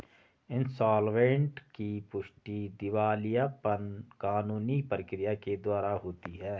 insolvent की पुष्टि दिवालियापन कानूनी प्रक्रिया के द्वारा होती है